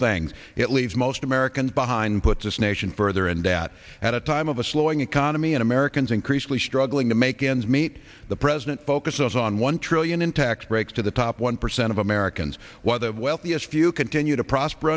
things it leaves most americans behind puts this nation further in debt at a time of a slowing economy and americans increasingly struggling to make ends meet the president focuses on one trillion in tax breaks to the top one percent of americans while the wealthiest few continue to prosper